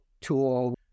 tool